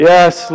Yes